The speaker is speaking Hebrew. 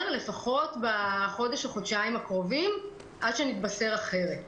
לפחות בחודש או בחודשיים הקרובים עד שנתבשר אחרת.